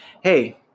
hey